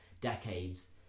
decades